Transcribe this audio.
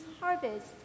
harvest